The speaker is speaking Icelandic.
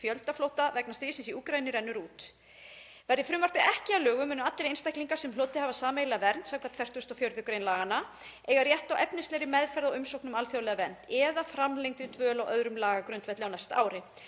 fjöldaflótta vegna stríðsins í Úkraínu rennur út. Verði frumvarpið ekki að lögum munu allir einstaklingar sem hlotið hafa sameiginlega vernd skv. 44. gr. laganna eiga rétt á efnislegri meðferð á umsókn um alþjóðlega vernd eða framlengdri dvöl á öðrum lagagrundvelli á næsta ári.